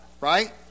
right